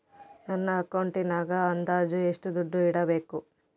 ನನ್ನ ಅಕೌಂಟಿನಾಗ ಅಂದಾಜು ಎಷ್ಟು ದುಡ್ಡು ಇಡಬೇಕಾ?